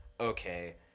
okay